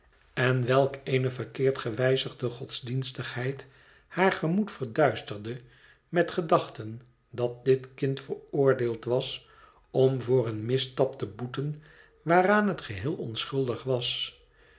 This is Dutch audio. en welk eene verkeerd gewijzigde godsdienstigheid haar gemoed verduisterde met gedachten dat dit kind veroordeeld was om voor een misstap te boeten waaraan het geheel onschuldig was